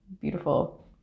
beautiful